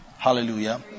Hallelujah